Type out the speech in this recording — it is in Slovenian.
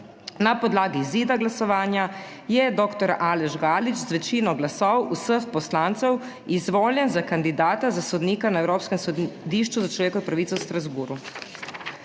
Na podlagi izida glasovanja je dr. Aleš Galič z večino glasov vseh poslancev izvoljen za kandidata za sodnika na Evropskem sodišču za človekove pravice v Strasbourgu.